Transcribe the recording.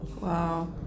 Wow